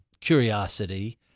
curiosity